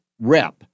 Rep